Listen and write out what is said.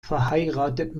verheiratet